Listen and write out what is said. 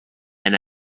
and